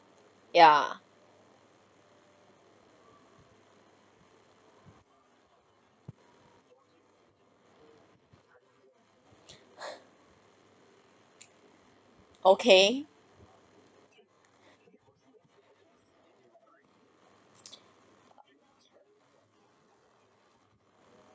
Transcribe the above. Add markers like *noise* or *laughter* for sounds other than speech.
ya *breath* okay